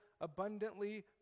abundantly